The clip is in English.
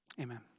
Amen